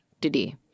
today